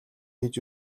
хийж